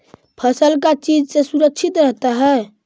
फसल का चीज से सुरक्षित रहता है?